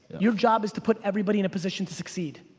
your job is to put everybody in a position to succeed.